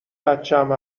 بچم